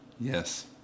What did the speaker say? Yes